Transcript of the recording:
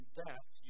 death